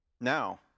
Now